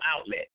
outlet